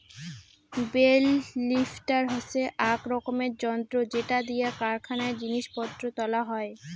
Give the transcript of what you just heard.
bell lifter হসে আক রকমের যন্ত্র যেটা দিয়া কারখানায় জিনিস পত্র তোলা হই